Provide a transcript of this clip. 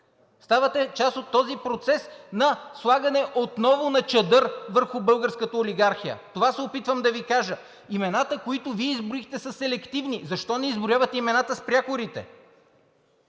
ставате част от този процес на слагане отново на чадър върху българската олигархия. Това се опитвам да Ви кажа. Имената, които Вие изброихте, са селективни. Защо не изброявате имената с прякорите?